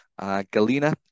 Galina